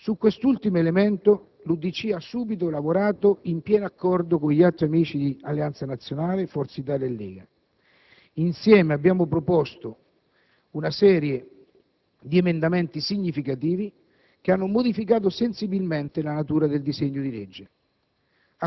Su quest'ultimo elemento, l'UDC ha subito lavorato in pieno accordo con gli altri amici di Alleanza Nazionale, Forza Italia e Lega: insieme abbiamo proposto una serie di emendamenti significativi che hanno modificato sensibilmente la natura del disegno di legge.